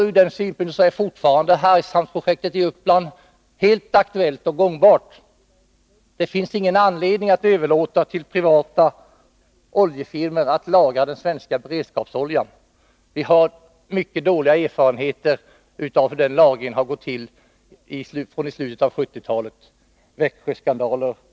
Ur den synpunkten är Hargshamnsprojektet i Uppland fortfarande aktuellt och gångbart. Det finns ingen anledning att till privata oljefirmor överlåta lagringen av den svenska beredskapsoljan. Vi har från slutet av 1970-talet mycket dåliga erfarenheter av hur denna lagring har gått till. Jag kan som exempel nämna Växjöskandalen.